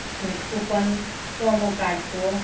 छुट coupon promo कार्टको